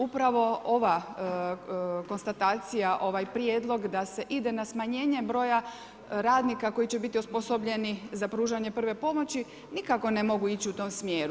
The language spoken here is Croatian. Upravo ova konstatacija, ovaj prijedlog da se ide na smanjenje broja radnika koji će biti osposobljeni za pružanje prve pomoći nikako ne mogu ići u tom smjeru.